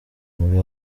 muli